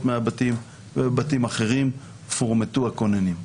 מהבתים ובבתים אחרים פורמטו הכוננים.